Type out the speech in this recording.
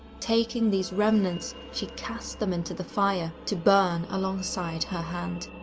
taking these remnants, she cast them into the fire, to burn alongside her hand.